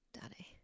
Daddy